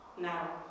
now